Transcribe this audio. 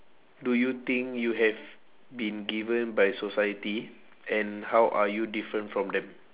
do you think you have been given by society and how are you different from them